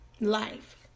life